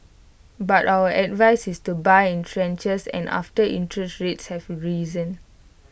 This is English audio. but our advice is to buy in tranches and after interest rates have risen